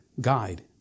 guide